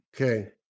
Okay